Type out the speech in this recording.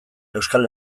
euskal